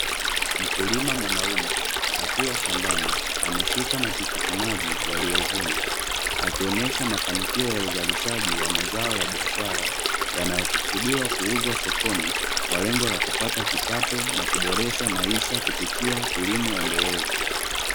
Mkulima mwanaume, akiwa shambani ameshika matikitimaji yaliyovunwa. Akionenya mafanikio ya uzalishaji wa mazao ya biashara, yanayokusudiwa kuuzwa sokoni, kwa lengo la kupata kipato, na kuboresha maisha kupitia kilimo endelevu.